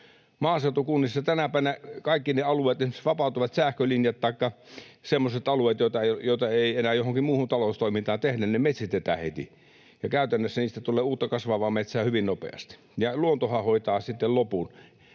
Maaseutukunnissa tänäpänä kaikki ne alueet, esimerkiksi vapautuvat sähkölinjat taikka semmoiset alueet, joita ei enää johonkin muuhun taloustoimintaan tehdä, metsitetään heti, ja käytännössä niistä tulee uutta kasvavaa metsää hyvin nopeasti, ja luontohan hoitaa sitten lopun.